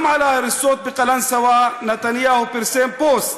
גם על ההריסות בקלנסואה נתניהו פרסם פוסט,